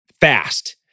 fast